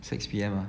six P_M ah